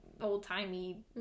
old-timey